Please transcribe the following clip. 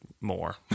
more